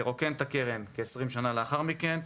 לרוקן את הקרן כ-20 שנה לאחר מכן,